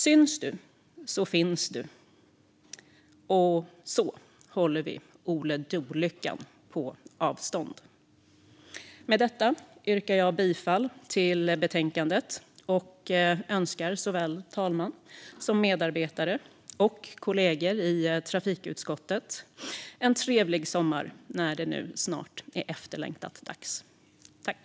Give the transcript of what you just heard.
Syns du så finns du - så håller vi Olyckan på avstånd! Med detta yrkar jag bifall till utskottets förslag i betänkandet och önskar såväl talman som medarbetare och kollegor i trafikutskottet en trevlig och efterlängtad sommar när det nu snart blir dags.